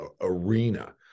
arena